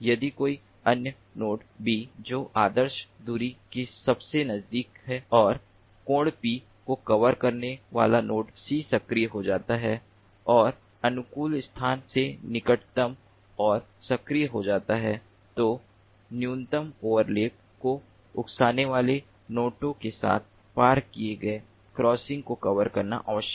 यदि कोई अन्य नोड B जो आदर्श दूरी के सबसे नजदीक है और कोण P को कवर करने वाला नोड C सक्रिय हो जाता है और अनुकूल स्थान के निकटतम और सक्रिय हो जाता है तो न्यूनतम ओवरलैप को उकसाने वाले नोटों के साथ पार किए गए क्रॉसिंग को कवर करना आवश्यक है